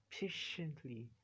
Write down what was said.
patiently